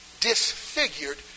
Disfigured